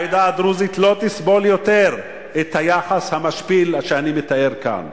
העדה הדרוזית לא תסבול יותר את היחס המשפיל שאני מתאר כאן.